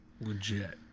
Legit